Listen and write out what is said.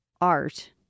art